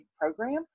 program